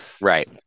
right